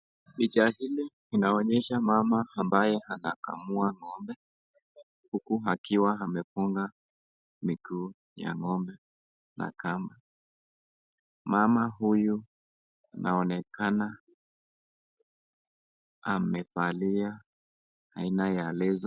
Picha hili inaonyesha mama ambaye anakamua ng'ombe huku akiwa amefunga miguu ya ng'ombe na kamba. Mama huyu naonekana amevalia aina ya leso.